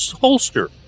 holster